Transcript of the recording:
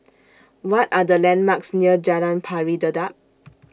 What Are The landmarks near Jalan Pari Dedap